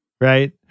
right